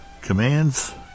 commands